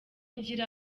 ngira